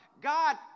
God